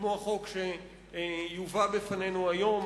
כמו החוק שיובא לפנינו היום,